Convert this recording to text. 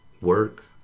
work